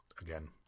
Again